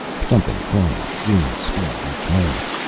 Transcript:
something climbed, gaining speed each moment.